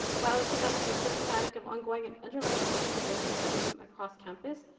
while this event is symptomatic of ongoing and underlying issues of racism racism across campus,